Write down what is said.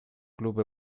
club